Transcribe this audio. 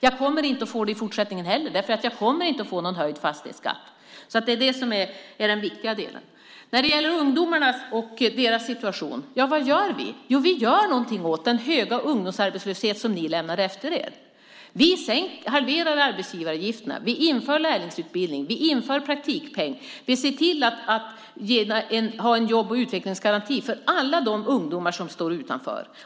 Jag kommer inte att få det i fortsättningen heller därför att jag inte kommer att få någon höjd fastighetsskatt. Det är det som är den viktiga delen. Sedan gäller det ungdomarna och deras situation. Ja, vad gör vi? Jo, vi gör någonting åt den höga ungdomsarbetslöshet som ni lämnade efter er. Vi halverar arbetsgivaravgifterna. Vi inför lärlingsutbildning. Vi inför praktikpeng. Vi ser till att ha en jobb och utvecklingsgaranti för alla de ungdomar som står utanför.